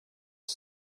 the